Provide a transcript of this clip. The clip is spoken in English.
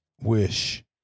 wish